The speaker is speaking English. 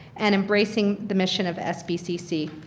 and embracing the mission of sbcc.